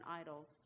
idols